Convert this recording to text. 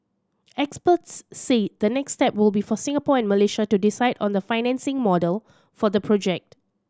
experts said the next step will be for Singapore and Malaysia to decide on the financing model for the project